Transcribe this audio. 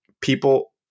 people